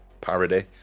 parody